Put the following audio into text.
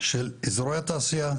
של אזורי התעשייה,